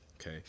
Okay